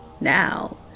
Now